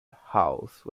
house